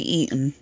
eaten